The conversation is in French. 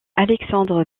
alexandre